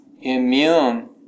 immune